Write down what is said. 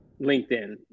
LinkedIn